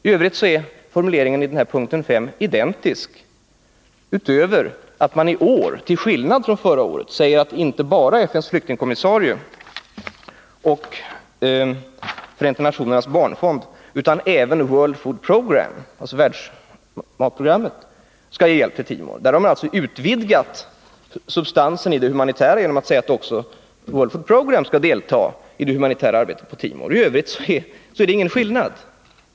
I övrigt är formuleringarna i punkt 5 identiska utöver att man i år, till skillnad från förra året, säger att inte bara FN:s flyktingkommissarie och FN:s barnfond utan även World Food Programme, alltså FN:s Livsmedelsprogram, skall ge hjälp till Timor. Där har man alltså utvidgat substansen i det humanitära avsnittet genom att säga att också World Food Programme skall delta i det humanitära arbetet på Timor. I övrigt är det ingen skillnad.